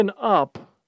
up